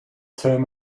term